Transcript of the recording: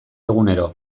egunero